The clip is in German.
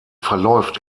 verläuft